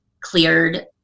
cleared